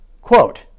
Quote